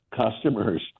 customers